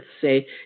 say